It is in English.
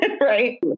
Right